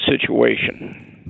situation